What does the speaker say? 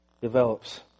develops